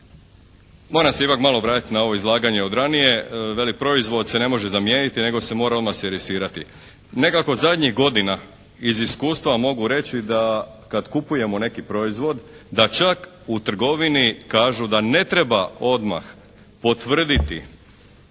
moram se ipak malo vratiti na ovo izlaganje od ranije. Kaže proizvod se ne može zamijeniti nego se mora odmah servisirati. Nekako zadnjih godina iz iskustva mogu reći da kad kupujemo neki proizvod da čak u trgovini kažu da ne treba odmah potvrditi